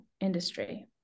industry